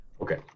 Okay